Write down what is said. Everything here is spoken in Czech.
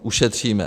Ušetříme.